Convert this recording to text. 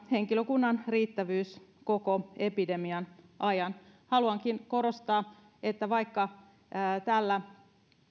henkilökunnan riittävyys koko epidemian ajan haluankin korostaa että vaikka tällä